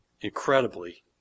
incredibly